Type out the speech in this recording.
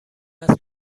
است